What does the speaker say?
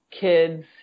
kids